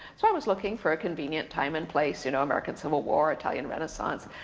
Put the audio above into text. so i was looking for a convenient time and place, you know american civil war, italian renaissance,